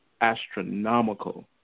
astronomical